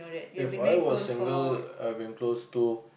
if I was single I will be close to